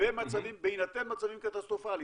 בהינתן מצבים קטסטרופליים.